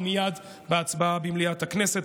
ומייד בהצבעה במליאה הכנסת,